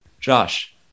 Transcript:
Josh